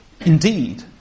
Indeed